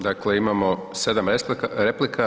Dakle imamo 7 replika.